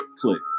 Click